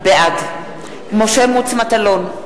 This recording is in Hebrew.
בעד משה מטלון,